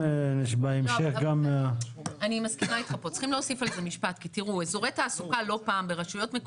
צריך להוסיף איזה משפט כי תראו אזורי תעסוקה לא פעם במקומות